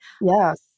Yes